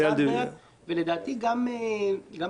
גם אייל זנדברג, ולדעתי גם אחרים.